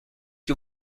que